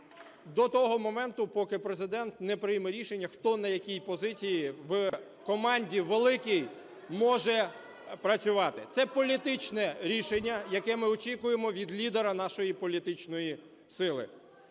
до того моменту, поки Президент не прийме рішення, хто на якій позиції в команді великій може працювати. Це політичне рішення, яке ми очікуємо від лідера нашої політичної сили.